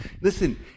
Listen